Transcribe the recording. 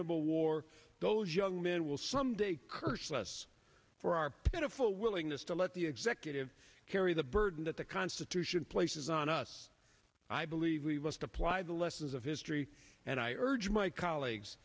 damnable war those young men will someday curse us for our pitiful willingness to let the executive carry the burden that the constitution places on us i believe we must apply the lessons of history and i urge my colleagues